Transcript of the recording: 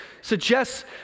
suggests